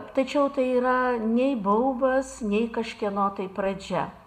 tačiau tai yra nei baubas nei kažkieno tai pradžia